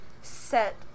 set